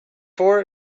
for